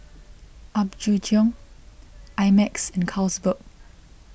Apgujeong I Max and Carlsberg